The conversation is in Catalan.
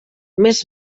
més